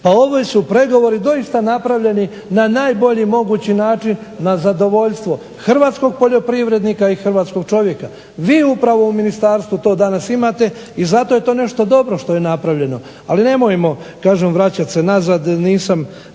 Pa ovi su pregovori doista napravljeni na najbolji mogući način na zadovoljstvo hrvatskog poljoprivrednika i hrvatskog čovjeka. Vi upravo u ministarstvu to danas imate i zato je to nešto dobro što je napravljeno. Ali nemojmo kažem vraćati se nazad, nisam